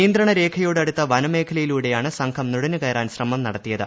നിയന്ത്രണ രേഖയോടടുത്ത വനമേഖലയിലൂടെയാണ് സംഘം നുഴഞ്ഞുകയറാൻ ശ്രമം നടത്തിയത്